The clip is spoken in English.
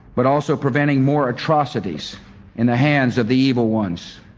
but also preventing more atrocities in the hands of the evil ones.